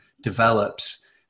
develops